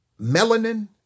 melanin